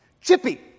chippy